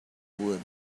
would